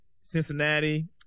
Cincinnati